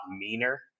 meaner